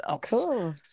Cool